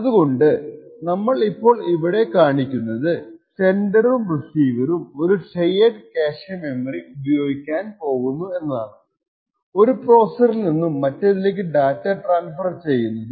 അതുകൊണ്ട് നമ്മൾ ഇപ്പോൾ ഇവിടെ കാണിക്കുന്നത് സെൻഡറും റിസീവറും ഒരു ഷെയർഡ് ക്യാഷെ മെമ്മറി ഉപയോഗിക്കാണ് ഒരു പ്രോസസ്സിൽ നിന്നും മറ്റേതിലേക്കു ഡാറ്റ ട്രാൻസ്ഫർ ചെയ്യുന്നത്